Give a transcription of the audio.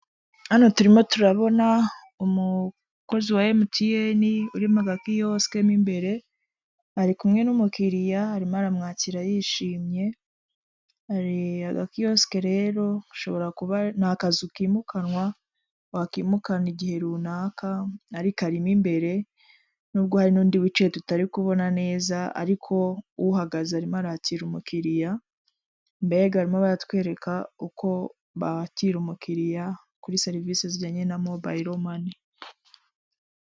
Hano turimo turabona umukozi wa emutiyeni, uri mu hagati uri mu gakiyosike mo imbere, ari kumwe n'umukiliya arimo aramwakira yishimye, agakiyosike rero ni akazu kimukanwa, wakimukana igihe runaka ariko arimo imbere nubwo hari n'undi wicaye tutari kubona neza ariko uhagaze arimo arakira umukiliya, mbega barimo baratwereka uko bakira umukiliya kuri serivisi zijyanye na mobayiro mani.